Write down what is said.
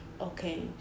okay